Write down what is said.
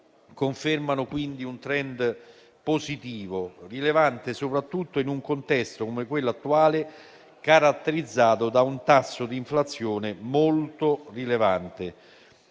confermano quindi un *trend* positivo, rilevante soprattutto in un contesto come quello attuale, caratterizzato da un tasso di inflazione molto rilevante.